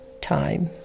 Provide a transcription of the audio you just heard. time